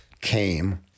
came